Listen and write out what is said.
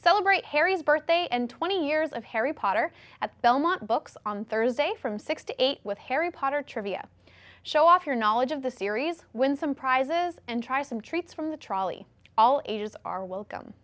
celebrate harry's birthday and twenty years of harry potter at belmont books on thursday from six to eight with harry potter trivia show off your knowledge of the series win some prizes and try some treats from the trolley all ages are welcome